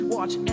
Watch